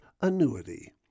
annuity